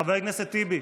חבר הכנסת טיבי,